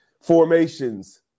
Formations